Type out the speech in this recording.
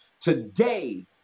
Today